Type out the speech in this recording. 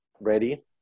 ready